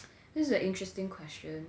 this is a interesting question